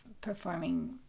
performing